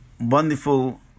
wonderful